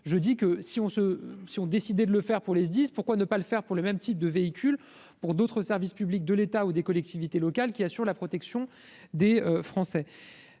de les exonérer de malus pour les SDIS, pourquoi ne pas le faire pour le même type de véhicule relevant d'autres services publics de l'État et des collectivités locales, qui assurent aussi la protection des Français ?